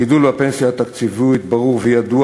הגידול בפנסיה התקציבית ברור וידוע